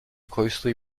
closely